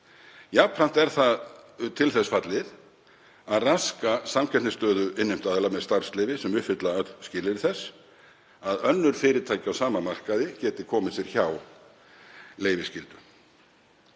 Jafnframt er það til þess fallið að raska samkeppnisstöðu innheimtuaðila með starfsleyfi sem uppfylla öll skilyrði þess að önnur fyrirtæki á sama markaði geti komið sér hjá leyfisskyldu.